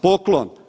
Poklon.